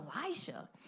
Elijah